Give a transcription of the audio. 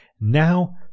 now